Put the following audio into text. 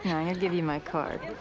and gonna give you my card,